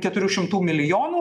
keturių šimtų milijonų